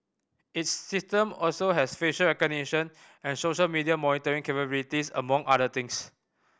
its system also has facial recognition and social media monitoring capabilities among other things